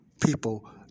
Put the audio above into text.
people